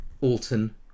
Alton